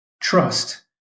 Trust